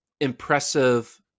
impressive